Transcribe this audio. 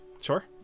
Sure